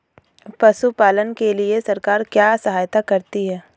पशु पालन के लिए सरकार क्या सहायता करती है?